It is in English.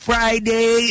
Friday